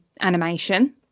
animation